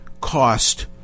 cost